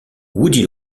woody